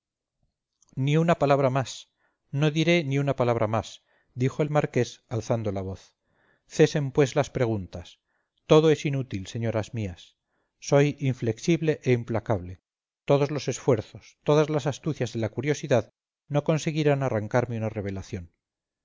ni una palabra más no diré ni una palabra más dijo el marqués alzando la voz cesen pues las preguntas todo es inútil señoras mías soy inflexible e implacable todos los esfuerzos todas las astucias de la curiosidad no conseguirán arrancarme una revelación